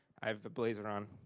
i have the blazer on.